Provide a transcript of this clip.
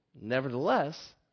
Nevertheless